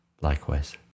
Likewise